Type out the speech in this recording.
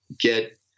get